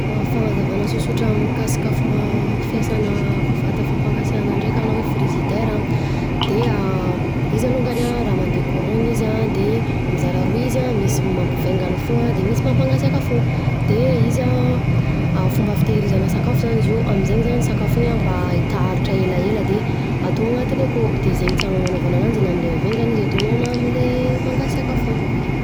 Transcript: Fanazavana sosotra mikasika fomba vata fampangatsiahana ndreka na hoe frigidaire izy de izy alongany an rah mandeha "courant-gna" izy an de, mizara roa izy an misy ny mampivaingana fogna de misy mampasiaka fogna de izy an fomba fitehirizana sakafo zany izy io aminzegny sakafo iny mba hita haharitra elaela de, atao anatiny akao de zegny tianao agnanaovana ananjy na amle mivaingana izy ataonao, na amle mangasiaka fogna.